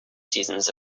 seasons